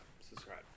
subscribe